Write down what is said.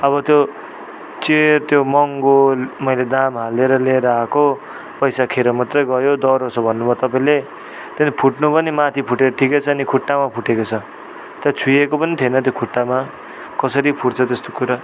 अब त्यो चियर त्यो महँगो मैले दाम हालेर लिएर आएको पैसा खेरो मात्रै गयो दह्रो छ भन्नु भयो तपाईँले त्यही फुट्नु पनि माथि फुट्यो ठिकै छ नि खुट्टामा फुटेको छ त छोएको पनि थिएन त्यो खुट्टामा कसरी फुट्छ त्यस्तो कुरा